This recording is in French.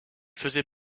faisait